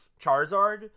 Charizard